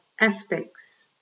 aspects